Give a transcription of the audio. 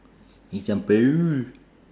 example